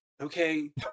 okay